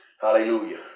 hallelujah